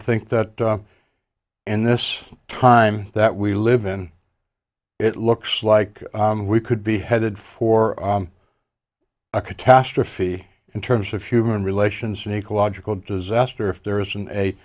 think that in this time that we live in it looks like we could be headed for a catastrophe in terms of human relations and ecological disaster if there isn't a